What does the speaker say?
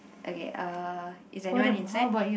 okay uh is anyone inside